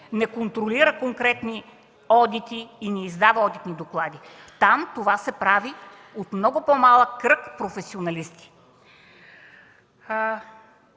не контролира отделение, конкретни одити и не издава одитни доклади. Там това се прави от много по-малък кръг професионалисти.